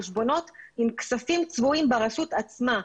חשבונות עם כספים צבועים ברשות עצמה,